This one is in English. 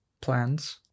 plans